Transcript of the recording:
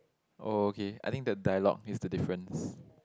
oh okay I think the dialogue is the difference